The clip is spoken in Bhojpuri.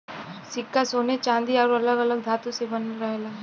सिक्का सोने चांदी आउर अलग अलग धातु से बनल रहेला